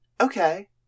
okay